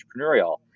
entrepreneurial